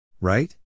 Right